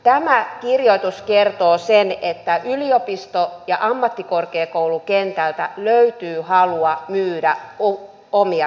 tämä kirjoitus kertoo sen että yliopisto ja ammattikorkeakoulukentältä löytyy halua myydä omia tutkintoja